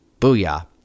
Booyah